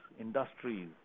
industries